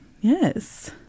Yes